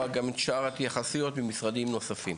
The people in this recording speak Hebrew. גם את שאר ההתייחסויות ממשרדים נוספים.